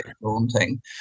daunting